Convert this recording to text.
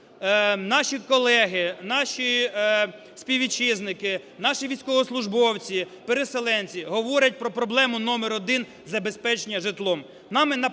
наші колеги, наші співвітчизники, наші військовослужбовці, переселенці говорять про проблему номер один – забезпечення житлом.